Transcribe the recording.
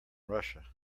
russia